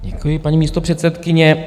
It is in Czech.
Děkuji, paní místopředsedkyně.